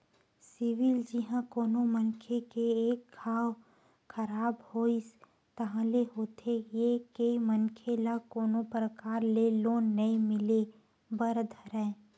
CIBIL जिहाँ कोनो मनखे के एक घांव खराब होइस ताहले होथे ये के मनखे ल कोनो परकार ले लोन नइ मिले बर धरय